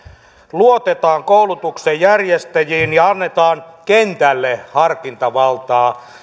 luotetaan koulutuksen järjestäjiin ja annetaan kentälle harkintavaltaa